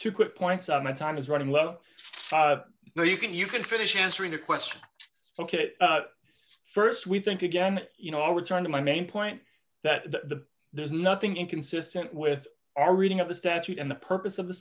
two quick points of my time is running low so you can you can finish answering the question ok st we think again you know i'll return to my main point that the there's nothing inconsistent with our reading of the statute and the purpose of the